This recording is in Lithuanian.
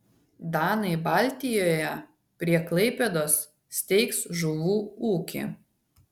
danai baltijoje prie klaipėdos steigs žuvų ūkį